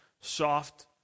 soft